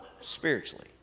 spiritually